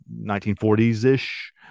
1940s-ish